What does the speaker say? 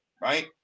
right